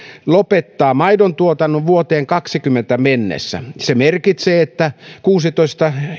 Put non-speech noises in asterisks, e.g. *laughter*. lopettaa maidontuotannon vuoteen kahdessakymmenessä mennessä *unintelligible* se merkitsee että kuusitoista